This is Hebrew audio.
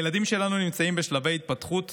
עד גיל שלוש הילדים שלנו נמצאים בשלבי ההתפתחות